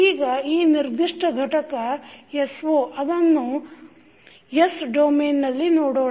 ಈಗ ಈ ನಿರ್ದಿಷ್ಟ ಘಟಕ so ಅನ್ನು s ಡೋಮೇನ್ನಲ್ಲಿ ನೋಡೋಣ